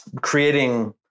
creating